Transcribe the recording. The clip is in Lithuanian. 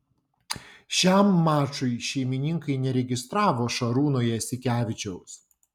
šiam mačui šeimininkai neregistravo šarūno jasikevičiaus